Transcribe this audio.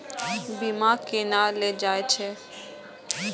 बीमा केना ले जाए छे?